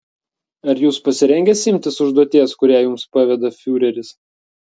ar jūs pasirengęs imtis užduoties kurią jums paveda fiureris